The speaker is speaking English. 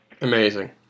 amazing